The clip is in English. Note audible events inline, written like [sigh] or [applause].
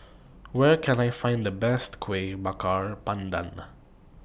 Where Can I Find The Best Kueh Bakar Pandan [noise]